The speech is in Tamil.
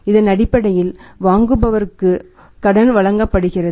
இதனடிப்படையில் வாங்குபவர்களுக்கு கடன் வழங்கப்படுகிறது